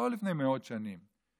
לא לפני מאות שנים,